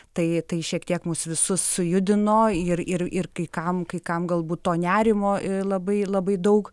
tai tai šiek tiek mus visus sujudino ir ir ir kai kam kai kam galbūt to nerimo ir labai labai daug